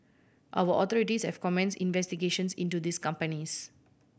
our authorities have commenced investigations into these companies